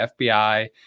FBI